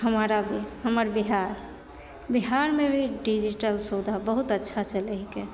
हमारा भी हमर बिहार बिहारमे भी डिजीटल सुबिधा बहुत अच्छा चलैत हिकै